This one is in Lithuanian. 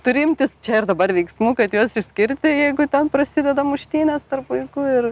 turi imtis čia ir dabar veiksmų kad juos išskirti jeigu ten prasideda muštynės tarp vaikų ir